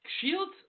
Shields